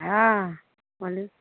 हँ बोलू